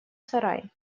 сарай